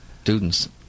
students